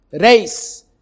Race